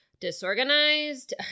disorganized